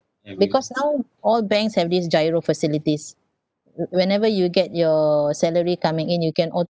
because now all banks have these GIRO facilities wh~ whenever you get your salary coming in you can auto